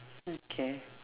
mm k